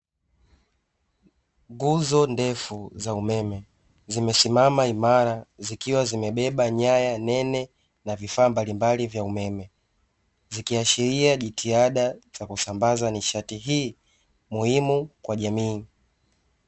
Nguzo ndefu za umeme zimesimama imara zikiwa zimebeba nyaya nene na vifaa mbalimbali vya umeme, zikiashiria jitihada za kusambaza nishati hii muhimu kwa jamii.